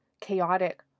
chaotic